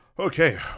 Okay